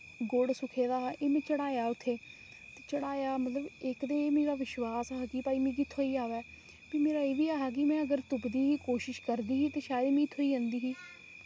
गुड़ सुक्खै दा एह्बी चढ़ाया उत्थै चढ़ाया ते इक्क ते एह् मेरा विश्वास हा कि भई मिगी थ्होई जावै ते भी मेरा एह्बी ऐहा की में अगर तुपदी ही कोशिश करदी ही ते शायद मिगी थ्होई जंदी ही